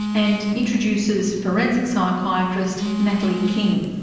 and introduces forensic psychiatrist natalie king.